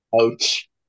Ouch